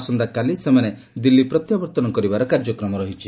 ଆସନ୍ତାକାଲି ସେମାନେ ଦିଲ୍ଲୀ ପ୍ରତ୍ୟାବର୍ଉନ କରିବାର କାର୍ଯ୍ୟକ୍ରମ ରହିଛି